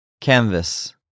Canvas